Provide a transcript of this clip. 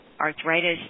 arthritis